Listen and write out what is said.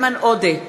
איימן עודה,